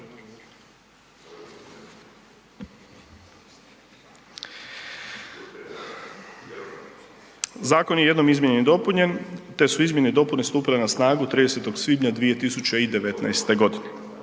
Zakon je jednom izmijenjen i dopunjen te su izmjene i dopune stupile na snagu 30. svibnja 2019. godine.